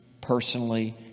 personally